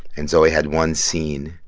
and zoe had one scene.